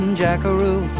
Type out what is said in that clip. jackaroo